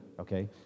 okay